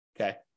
okay